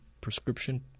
prescription